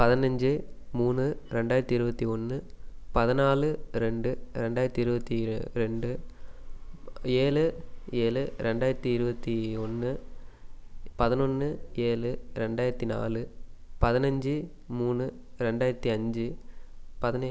பதினஞ்சி மூணு ரெண்டாயிரத்தி இருபத்தி ஒன்று பதினாலு ரெண்டு ரெண்டாயிரத்தி இருபத்தி ஏ ரெண்டு ஏழு ஏழு ரெண்டாயிரத்தி இருபத்தி ஒன்று பதனொன்று ஏழு ரெண்டாயிரத்தி நாலு பதினஞ்சி மூணு ரெண்டாயிரத்தி அஞ்சு பதினே